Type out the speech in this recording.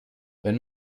wenn